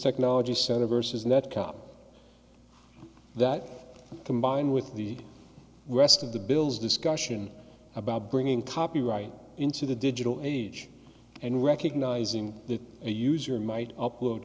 technology center vs net cop that combine with the rest of the bills discussion about bringing copyright into the digital age and recognizing that a user might up